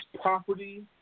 property